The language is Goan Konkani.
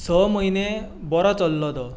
स म्हयने बरो चल्लो तो